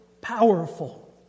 powerful